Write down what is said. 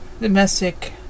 domestic